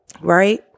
Right